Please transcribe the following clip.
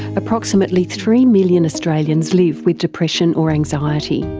approximately three million australians live with depression or anxiety.